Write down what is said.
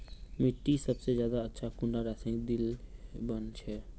मिट्टी सबसे ज्यादा अच्छा कुंडा रासायनिक दिले बन छै?